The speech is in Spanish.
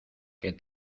que